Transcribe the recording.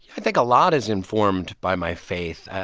i think a lot is informed by my faith.